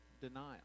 denial